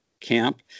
camp